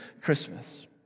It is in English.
Christmas